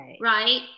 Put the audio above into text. Right